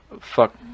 fuck